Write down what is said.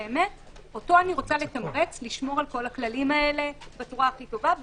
ואותו אני רוצה לתמרץ לשמור על כל הכללים האלה בצורה הכי טובה,